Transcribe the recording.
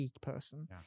person